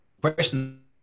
question